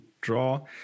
draw